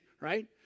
right